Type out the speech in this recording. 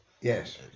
Yes